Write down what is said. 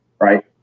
right